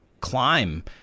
climb